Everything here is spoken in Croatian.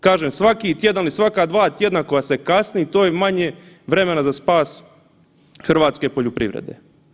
Kažem, svaki tjedan i svaka dva tjedna koja se kasni to je manje vremena za spas hrvatske poljoprivrede.